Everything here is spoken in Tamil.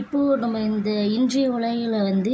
இப்போது நம்ம இந்த இன்றைய உலகில் வந்து